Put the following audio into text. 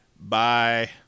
Bye